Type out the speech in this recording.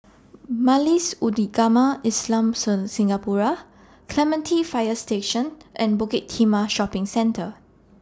Majlis Ugama Islamcen Singapura Clementi Fire Station and Bukit Timah Shopping Centre